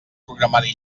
programari